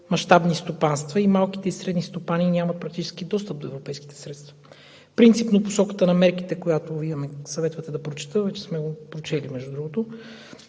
мащабни стопанства и малките и средните стопани нямат практически достъп до европейските средства. Принципно посоката на мерките, която Вие ме съветвате да прочета, между другото